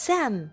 Sam